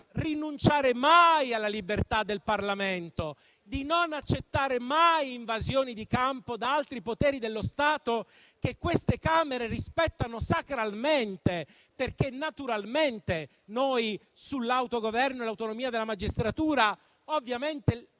rinunciare mai alla sua libertà e di non accettare mai invasioni di campo da altri poteri dello Stato, che queste Camere rispettano sacralmente. Infatti noi davanti all'autogoverno e all'autonomia della magistratura ovviamente